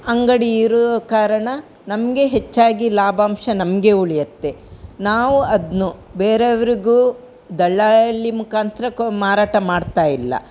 ಅಂಗಡಿ ಇರುವ ಕಾರಣ ನಮಗೆ ಹೆಚ್ಚಾಗಿ ಲಾಭಾಂಶ ನಮಗೇ ಉಳಿಯುತ್ತೆ ನಾವು ಅದನ್ನು ಬೇರೆಯವರಿಗೂ ದಲ್ಲಾಳಿ ಮುಖಾಂತರ ಕೊ ಮಾರಾಟ ಮಾಡ್ತಾ ಇಲ್ಲ